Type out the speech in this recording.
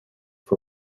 for